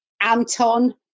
Anton